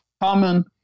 common